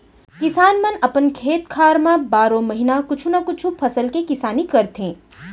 किसान मन अपन खेत खार म बारो महिना कुछु न कुछु फसल के किसानी करथे